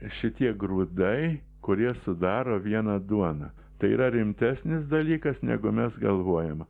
šitie grūdai kurie sudaro vieną duoną tai yra rimtesnis dalykas negu mes galvojame